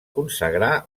consagrà